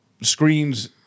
screens